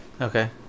Okay